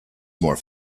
more